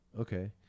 Okay